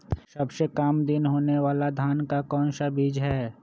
सबसे काम दिन होने वाला धान का कौन सा बीज हैँ?